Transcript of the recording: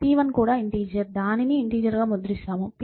p1 కూడా integer దానిని integer గా ముద్రించండి